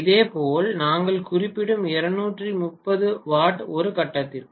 இதேபோல் நாங்கள் குறிப்பிடும் 230 வாட் ஒரு கட்டத்திற்கு